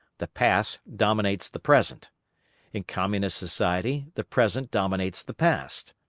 the past dominates the present in communist society, the present dominates the past.